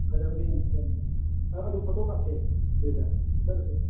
ꯐꯖꯕꯅꯦ ꯌꯥꯝ ꯐꯖꯕꯅꯦ ꯑꯗꯨ ꯐꯣꯇꯣ ꯀꯥꯞꯁꯦ ꯑꯗꯨꯗ ꯆꯠꯂꯨꯁꯦ